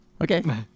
Okay